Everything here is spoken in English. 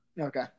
Okay